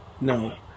no